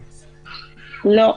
לא.